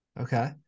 Okay